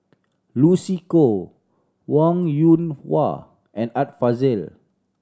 Lucy Koh Wong Yoon Wah and Art Fazil